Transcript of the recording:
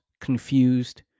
confused